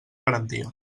garantia